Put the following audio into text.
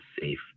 safe